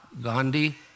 Gandhi